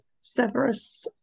Severus